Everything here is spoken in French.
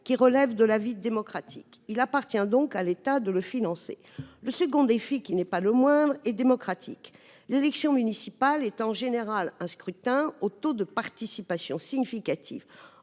qui relève de la vie démocratique. Il appartient donc à l'État de le financer. Le second défi, qui n'est pas le moindre, est démocratique. L'élection municipale est en général un scrutin au taux de participation significatif.